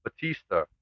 Batista